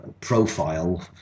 profile